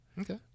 Okay